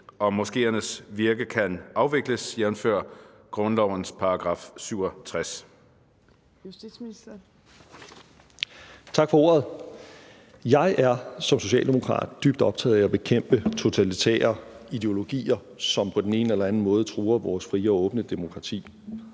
Justitsministeren (Nick Hækkerup): Tak for ordet. Jeg er som socialdemokrat dybt optaget af at bekæmpe totalitære ideologier, som på den ene eller anden måde truer vores frie og åbne demokrati